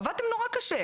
עבדתם נורא קשה,